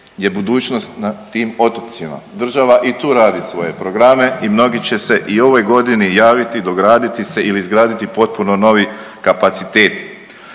je budućnost na tim otocima. Država i tu radi svoje programe i mnogi će se i u ovoj godini javiti, dograditi se ili izgraditi potpuno novi kapacitet.